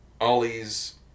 Ollie's